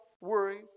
worry